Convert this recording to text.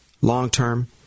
long-term